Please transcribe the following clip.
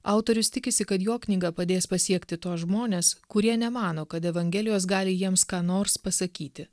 autorius tikisi kad jo knyga padės pasiekti tuos žmones kurie nemano kad evangelijos gali jiems ką nors pasakyti